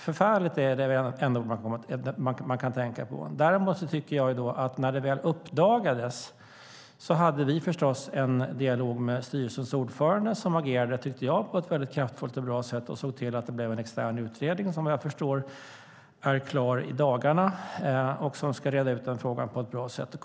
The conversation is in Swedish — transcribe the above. "Förfärligt" är det enda ord man kan tänka på. Dock hade vi när det väl uppdagades förstås en dialog med styrelsens ordförande som jag tycker agerade på ett väldigt kraftfullt och bra sätt och såg till att det blev en extern utredning som vad jag förstår är klar i dagarna och ska reda ut frågan på ett bra sätt.